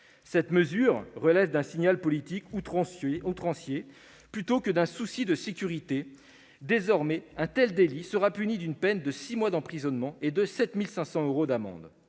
Cette disposition relève d'un signal politique outrancier plutôt que d'un souci de sécurité. Désormais, un tel délit sera puni d'une peine de six mois d'emprisonnement et de 7 500 euros d'amende